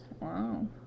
Wow